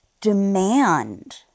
demand